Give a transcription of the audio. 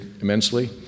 immensely